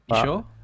sure